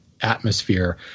atmosphere